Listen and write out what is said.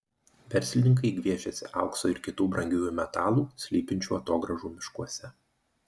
verslininkai gviešiasi aukso ir kitų brangiųjų metalų slypinčių atogrąžų miškuose